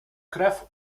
krew